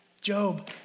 Job